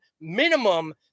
minimum